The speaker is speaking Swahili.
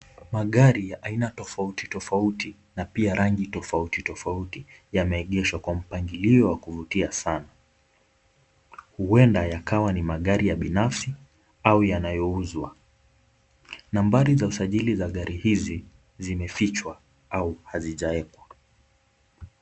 Magari ya aina tofauti tofauti na pia rangi tofauti tofauti yameegeshwa kwa mpangilio wa kuvutia sana. Huenda yakawa ni magari ya binafsi au yanayouzwa. Nambari za usajili za gari hizi zimefichwa au hazijawekwa.